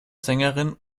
sängerin